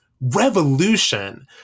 revolution